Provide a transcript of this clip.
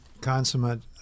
consummate